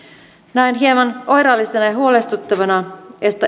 näen hieman oireellisena ja ja huolestuttavana